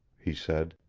he said.